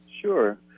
Sure